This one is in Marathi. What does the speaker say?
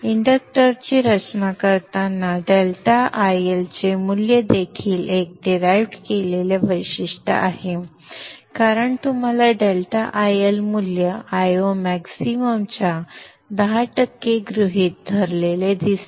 इंडक्टरची रचना करताना ∆IL चे मूल्य देखील एक डिराईव्हड केलेले वैशिष्ट्य आहे कारण तुम्हाला ∆IL मूल्य Io मॅक्सिमम च्या 10 टक्के गृहीत धरलेले दिसते